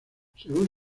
según